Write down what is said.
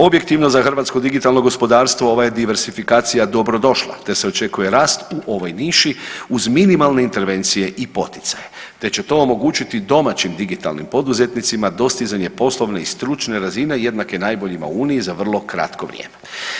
Objektivno za hrvatsko digitalno gospodarstva ova je diversifikacija dobrodošla te se očekuje rast u ovoj niši uz minimalne intervencije i poticaje te će to omogućiti domaći digitalnim poduzetnicima dostizanje polovne i stručne razine jednake najboljima u Uniji za vrlo kratko vrijeme.